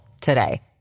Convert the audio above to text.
today